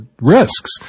risks